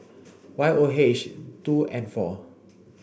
Y O H two N four